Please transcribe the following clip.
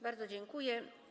Bardzo dziękuję.